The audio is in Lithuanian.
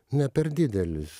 ne per didelis